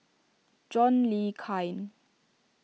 John Le Cain